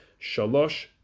shalosh